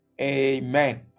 amen